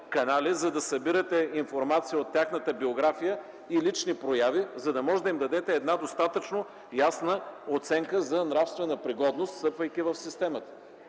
за да събирате информация от тяхната биография и лични прояви, за да може да им дадете достатъчно ясна оценка за нравствена пригодност, встъпвайки в системата.